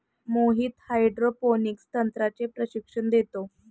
Mohit hydroponics तंत्राचे प्रशिक्षण देतो